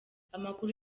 amakuru